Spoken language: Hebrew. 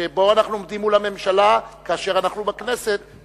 שבו אנחנו עומדים מול הממשלה כאשר אנחנו בכנסת,